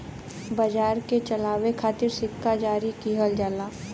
बाजार के चलावे खातिर सिक्का जारी किहल जाला